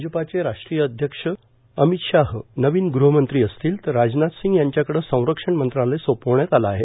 भाजपा राष्ट्रीय अध्यक्ष अमित शाह नवीन गृहमंत्री असतील तर राजनाथ सिंग यांच्याकडं संरक्षण मंत्रालय सोपवण्यात आलं आहे